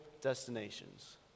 destinations